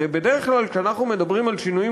הרי בדרך כלל כשאנחנו מדברים על שינויים